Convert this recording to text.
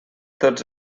tots